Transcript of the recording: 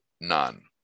none